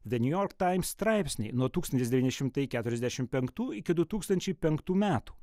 the new york times straipsnį nuo tūkstantis devyni šimtai keturiasdešim penktų iki du tūkstančiai penktų metų